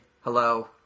hello